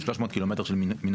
זה 300 קילומטר של מנהרה,